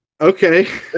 Okay